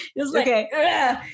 Okay